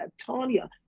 Tanya